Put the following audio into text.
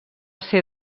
ser